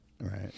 Right